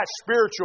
spiritual